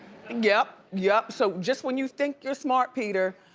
yep, yep. so just when you think you're smart, peter,